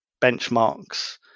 benchmarks